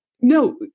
no